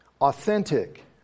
authentic